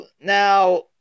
Now